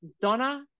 Donna